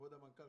כבוד המנכ"ל,